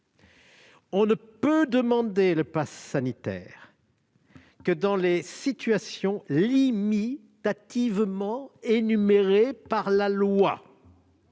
on ne peut demander le passe sanitaire que dans les situations énumérées par la loi.